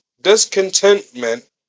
discontentment